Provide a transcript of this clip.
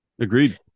agreed